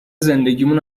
زندگیمان